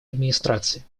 администрации